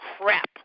crap